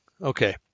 Okay